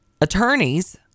attorneys